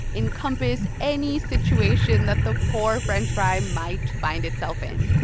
encompass any situation that the poor french fry might find itself in.